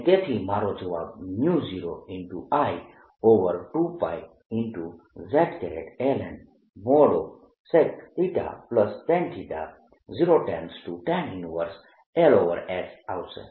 અને તેથી મારો જવાબ 0I2π z ln |sec θtan |0tan 1 આવશે